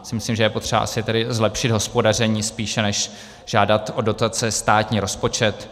Myslím, že je potřeba asi tedy zlepšit hospodaření spíše než žádat o dotace státní rozpočet.